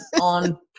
on